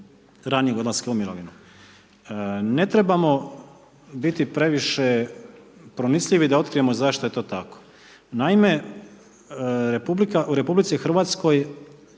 ranijeg odlaska u mirovinu. Ne trebamo biti previše pronicljivi da otkrijemo zašto je to tako. Naime, u RH mnogi građani